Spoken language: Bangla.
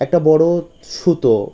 একটা বড় সুতো